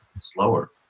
slower